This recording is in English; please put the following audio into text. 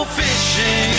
fishing